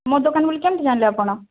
ମୋ ଦୋକାନ ବୋଲି କେମିତି ଜାଣିଲେ ଆପଣ